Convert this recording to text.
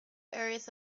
earth